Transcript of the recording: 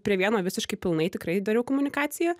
prie vieno visiškai pilnai tikrai dariau komunikaciją